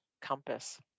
compass